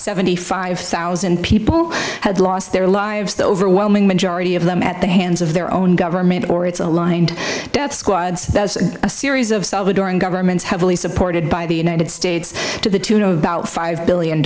seventy five thousand people had lost their lives the overwhelming majority of them at the hands of their own government or its aligned death squads a series of salvadoran governments heavily supported by the united states to the tune of about five billion